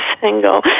single